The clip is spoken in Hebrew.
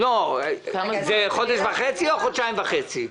זה חודש וחצי או חודשיים וחצי?